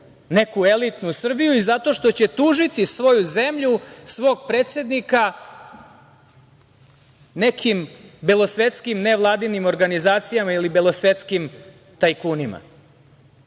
neku elitnu Srbiji i zato što će tužiti svoju zemlju, svog predsednika nekim belosvetskim nevladinim organizacijama ili belosvetskim tajkunima. Ovo